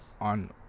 on